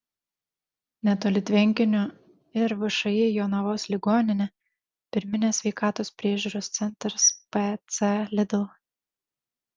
netoli tvenkinio ir všį jonavos ligoninė pirminės sveikatos priežiūros centras pc lidl